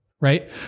Right